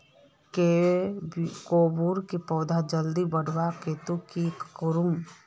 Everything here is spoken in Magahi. कोबीर पौधा जल्दी बढ़वार केते की करूम?